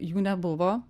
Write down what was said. jų nebuvo